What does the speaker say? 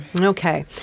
Okay